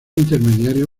intermediario